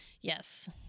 Yes